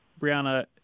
Brianna